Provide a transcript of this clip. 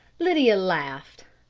lydia laughed.